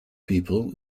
people